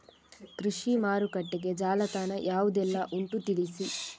ಕೃಷಿ ಮಾರುಕಟ್ಟೆಗೆ ಜಾಲತಾಣ ಯಾವುದೆಲ್ಲ ಉಂಟು ತಿಳಿಸಿ